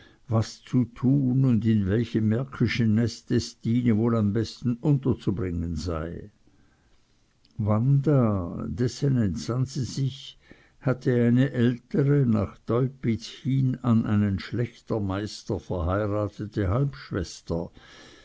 was zu tun und in welchem märkischen neste stine wohl am besten unterzubringen sei wanda dessen entsann sie sich hatte eine ältere nach teupitz hin an einen schlächtermeister verheiratete halbschwester